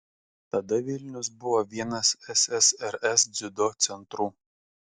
tada vilnius buvo vienas ssrs dziudo centrų